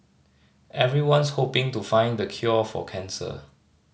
everyone's hoping to find the cure for cancer